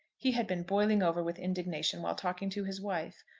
he had been boiling over with indignation while talking to his wife.